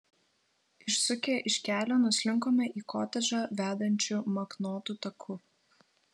išsukę iš kelio nuslinkome į kotedžą vedančiu maknotu taku